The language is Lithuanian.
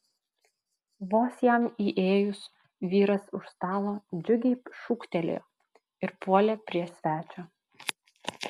vos jam įėjus vyras už stalo džiugiai šūktelėjo ir puolė prie svečio